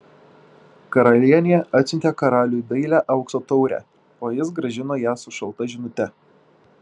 karalienė atsiuntė karaliui dailią aukso taurę o jis grąžino ją su šalta žinute